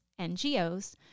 NGOs